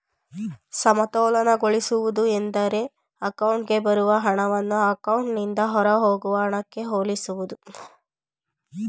ಸಮತೋಲನಗೊಳಿಸುವುದು ಎಂದ್ರೆ ಅಕೌಂಟ್ಗೆ ಬರುವ ಹಣವನ್ನ ಅಕೌಂಟ್ನಿಂದ ಹೊರಹೋಗುವ ಹಣಕ್ಕೆ ಹೋಲಿಸುವುದು